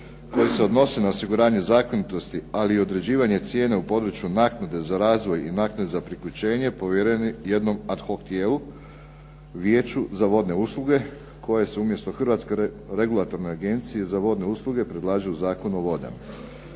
koji se odnose na osiguranje zakonitosti, ali i određivanje cijene u području naknade za razvoj i naknade za priključenje povjereni jednom ad hoc tijelu Vijeću za vodne usluge koje se umjesto Hrvatske regulatorne agencije za vodne usluge predlažu u Zakonu o vodama.